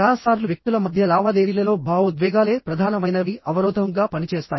చాలా సార్లు వ్యక్తుల మధ్య లావాదేవీలలో భావోద్వేగాలే ప్రధానమైనవి అవరోధం గా పనిచేస్తాయి